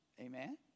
Amen